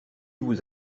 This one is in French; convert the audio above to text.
vous